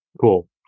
Cool